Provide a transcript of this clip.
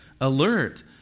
alert